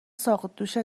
ساقدوشت